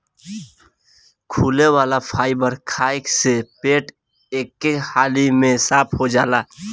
घुले वाला फाइबर खाए से पेट एके हाली में साफ़ हो जाला